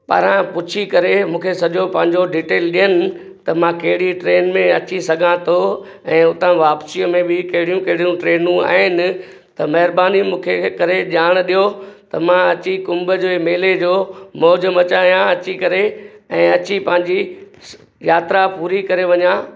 पारां पुछी करे मूंखे सॼो पंहिंजो डिटेल ॾियनि त मां कहिड़ी ट्रेन में अची सघां थो ऐं हुतां वापसीअ में बि कहिड़ियूं केड़ियूं ट्रेनूं आहिनि त महिरबानी मूंखे करे ॼाण ॾियो त मां अची कुंभ जे मेले जो मौज़ु मचायां अची करे ऐं अची पंहिंजी यात्रा पूरी करे वञा